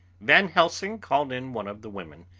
van helsing called in one of the women,